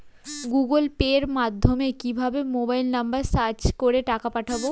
Google পের মাধ্যমে কিভাবে মোবাইল নাম্বার সার্চ করে টাকা পাঠাবো?